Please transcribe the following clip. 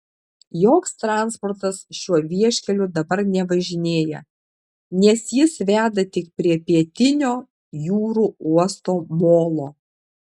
joks transportas šiuo vieškeliu dabar nevažinėja nes jis veda tik prie pietinio jūrų uosto molo